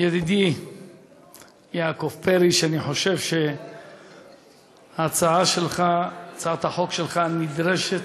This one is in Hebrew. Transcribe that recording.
ידידי יעקב פרי, אני חושב שהצעת החוק שלך נדרשת,